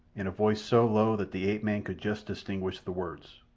in a voice so low that the ape-man could just distinguish the words.